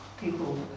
People